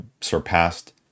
surpassed